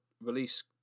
release